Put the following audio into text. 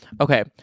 Okay